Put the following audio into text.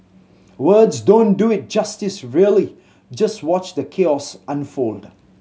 words don't do it justice really just watch the chaos unfold